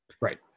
Right